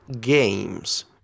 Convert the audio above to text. games